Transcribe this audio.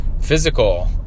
physical